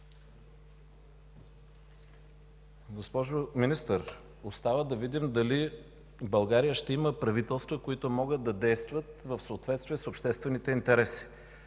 Госпожо Министър, остава да видим дали в България ще има правителства, които могат да действат в съответствие с обществените интереси.